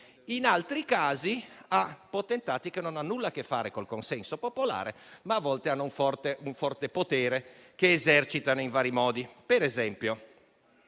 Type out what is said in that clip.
in altri casi risiede in potentati che non hanno nulla a che fare con il consenso popolare, ma a volte godono di un forte potere che esercitano in vari modi. Per esempio,